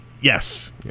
yes